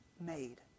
made